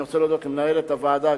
אני רוצה להודות למנהלת הוועדה,